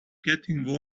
getting